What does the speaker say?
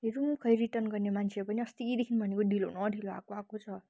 हेरौँ खोइ रिटर्न गर्ने मान्छे पनि अस्तिदेखि भनेको ढिलो न ढिलो आएको आएकै छ